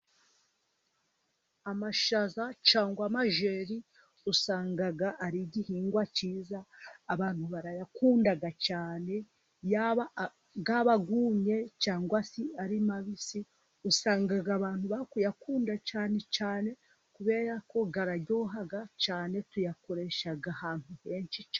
Amashaza cyangwa majeri usanga ari igihingwa cyiza. Abantu barayakunda cyane yaba yumye cyangwa se ari mabisi usanga abantu bakwiye bayakunda cyane cyane kubera ko aryoha cyane tuyakoresha ahantu henshi.